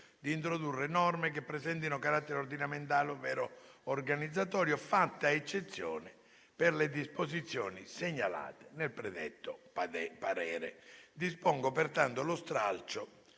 di introdurre norme che presentino carattere ordinamentale ovvero organizzatorio, fatta eccezione per le disposizioni segnalate nel predetto parere. Dispongo peraltro lo stralcio